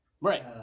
Right